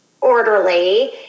orderly